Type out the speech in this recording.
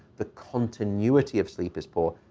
the continuity of sleep is poor.